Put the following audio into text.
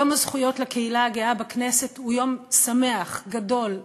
יום הזכויות לקהילה הגאה בכנסת הוא יום שמח, גדול,